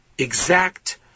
Exact